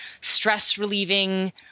stress-relieving